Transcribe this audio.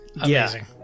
Amazing